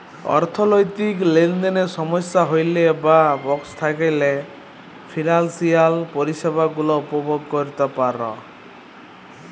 অথ্থলৈতিক লেলদেলে সমস্যা হ্যইলে বা পস্ল থ্যাইকলে ফিলালসিয়াল পরিছেবা গুলা উপভগ ক্যইরতে পার